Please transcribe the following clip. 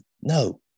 no